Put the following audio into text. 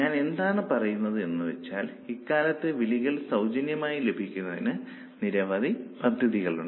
ഞാൻ എന്താണ് പറയുന്നത് എന്നുവെച്ചാൽ ഇക്കാലത്ത് വിളികൾ സൌജന്യമായി ലഭിക്കുന്നതിന് നിരവധി പദ്ധതികളുണ്ട്